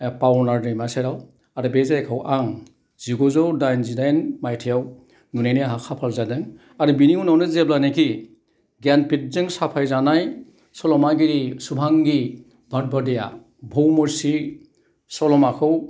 एफावनार दैमा सेराव आरो बे जायगायाव आं जिगुजौ डाइजिदाइन मायथायाव नुनायनि आंहा खाफाल जादों आरो बिनि उनावनो जेब्लानाखि गियानपिटजों साफायजानाय सल'मागिरि सुभांगि भद भदिया बौमरसि सल'माखौ